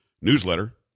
newsletter